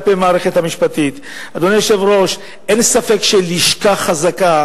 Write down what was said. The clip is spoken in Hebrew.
אדוני היושב-ראש, אין ספק שלשכה חזקה